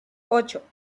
ocho